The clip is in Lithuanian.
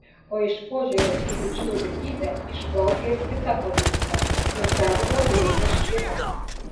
o iš požiūrio į lyčių lygybę išplaukia ir kita politika ir darbo ir ypač šeimos